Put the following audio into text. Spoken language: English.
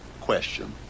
question